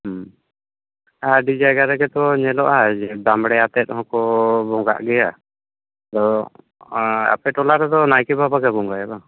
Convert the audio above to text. ᱦᱮᱸ ᱟᱹᱰᱤ ᱡᱟᱭᱜᱟ ᱨᱮᱜᱮ ᱛᱚ ᱧᱮᱞᱚᱜᱼᱟ ᱡᱮ ᱵᱟᱸᱵᱬᱮ ᱟᱛᱮᱫ ᱦᱚᱸᱠᱚ ᱵᱚᱸᱜᱟᱜ ᱜᱮᱭᱟ ᱟᱫᱚ ᱟᱯᱮ ᱴᱚᱞᱟ ᱨᱮᱫᱚ ᱱᱟᱭᱠᱮ ᱵᱟᱵᱟ ᱜᱮ ᱵᱚᱸᱜᱟᱭᱟ ᱵᱟᱝ